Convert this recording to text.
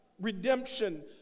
Redemption